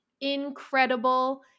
incredible